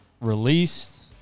released